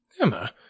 Emma